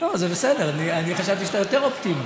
זה בסדר, אני חשבתי שאתה יותר אופטימי,